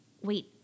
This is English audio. wait